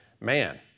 man